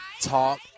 Talk